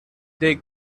dig